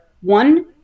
one